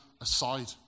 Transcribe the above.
aside